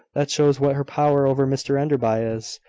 that shows what her power over mr enderby is.